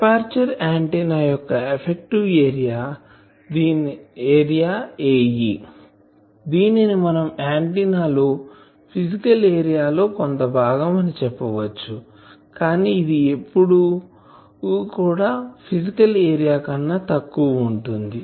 aperture antenna యొక్క effective area Ae దీనిని మనం ఆంటిన్నా లో ఫిసికల్ ఏరియా లో కొంత భాగం అని చెప్పవచ్చు కానీ ఇది ఎప్పుడు కూడా ఫిసికల్ ఏరియా కన్నా తక్కువ ఉంటుంది